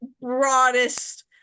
broadest